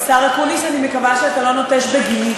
השר אקוניס, אני מקווה שאתה לא נוטש בגיני.